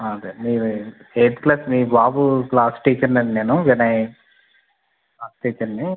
అదే మీవి eighth class మీ బాబు క్లాసు టీచర్ని అండి నేను వినయ్ టీచర్ని